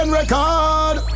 record